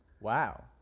Wow